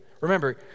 Remember